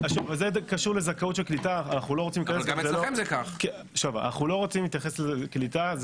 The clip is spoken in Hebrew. זה קשור לזכאות של קליטה אנחנו לא רוצים להתייחס לקליטה,